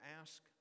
ask